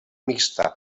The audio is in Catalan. mixta